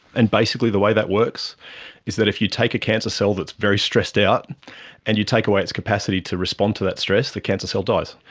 and basically the way that works is that if you take a cancer cell that's very stressed out and you take away its capacity to respond to that stress, the cancer cell dies.